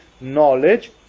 knowledge